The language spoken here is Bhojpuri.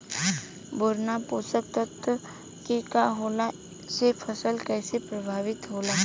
बोरान पोषक तत्व के न होला से फसल कइसे प्रभावित होला?